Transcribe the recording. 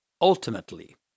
Ultimately